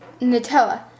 Nutella